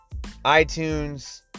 iTunes